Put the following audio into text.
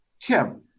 Kim